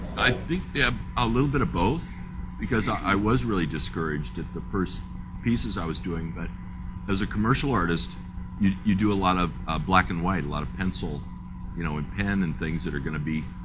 i think yeah a little bit of both because i was really discouraged at the first pieces i was doing, that as a commercial artist you do a lot of black and white, a lot of pencil, you know, and pen and things that are going to be